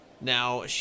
Now